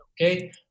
Okay